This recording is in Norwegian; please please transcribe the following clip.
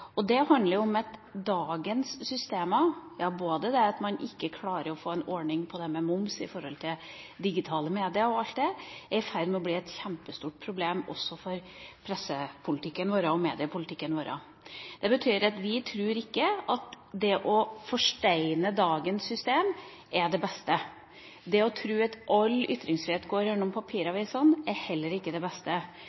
forslag. Det handler om dagens systemer, bl.a. at man ikke klarer å få til en momsordning når det gjelder digitale medier. Det er i ferd med å bli et kjempestort problem også for pressepolitikken og mediepolitikken vår. Vi tror ikke at det å forsteine dagens system er det beste. Det å tro at all ytringsfrihet går gjennom